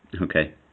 okay